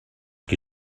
qui